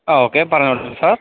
ആ ഓക്കെ പറഞ്ഞോളൂ സാർ